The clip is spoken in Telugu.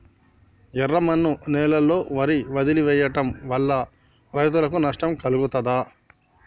ఎర్రమన్ను నేలలో వరి వదిలివేయడం వల్ల రైతులకు నష్టం కలుగుతదా?